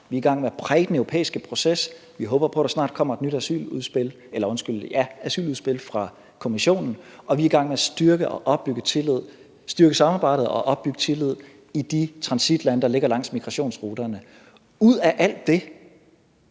Vi er i gang med at præge den europæiske proces – vi håber på, at der snart kommer et nyt asyludspil fra Kommissionen – og vi er i gang med at styrke samarbejdet og opbygge tillid i de transitlande, der ligger langs migrationsruterne. Ud af alt det